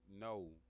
no